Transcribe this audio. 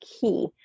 key